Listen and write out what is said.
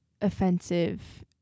offensive